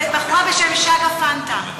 ובחורה בשם שגה פנטה,